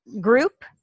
group